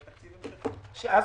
בתקציב המשכי.